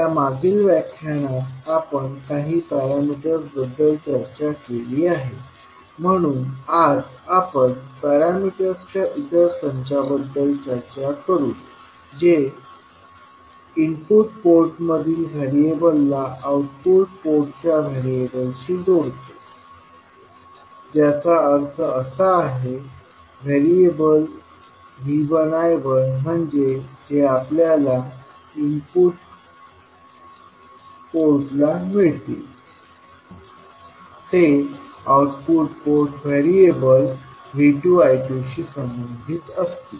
आपल्या मागील व्याख्यानात आपण काही पॅरामीटर्सबद्दल चर्चा केली आहे म्हणून आज आपण पॅरामीटर्सच्या इतर संचाबद्दल चर्चा करू जे इनपुट पोर्टमधील व्हेरिएबलला आउटपुट पोर्टच्या व्हेरिएबलशी जोडते ज्याचा अर्थ असा आहे व्हेरिएबल V1 I1 म्हणजे जे आपल्याला इनपुट पोर्टला मिळतील ते output port variable V2 I2 शी संबंधित असतील